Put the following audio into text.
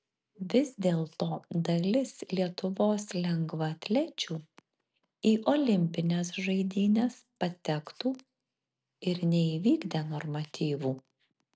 vis dėlto dalis lietuvos lengvaatlečių į olimpines žaidynes patektų ir neįvykdę normatyvų